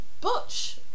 butch